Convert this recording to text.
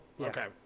Okay